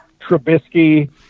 Trubisky